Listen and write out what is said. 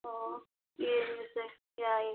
ꯑꯣ ꯌꯦꯡꯉꯨꯁꯦ ꯌꯥꯏꯌꯦ